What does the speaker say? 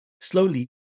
Slowly